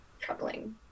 troubling